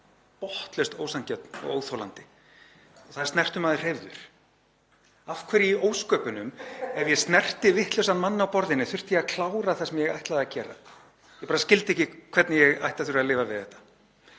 botnlaust ósanngjörn og óþolandi. Það var snertur maður hreyfður. Af hverju í ósköpunum, ef ég snerti vitlausan mann á borðinu, þurfti ég að klára það sem ég ætlaði að gera? Ég bara skildi ekki hvernig ég ætti að þurfa að lifa við þetta.